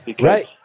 right